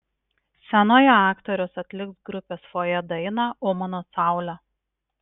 scenoje aktorius atliks grupės fojė dainą o mano saule